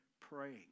praying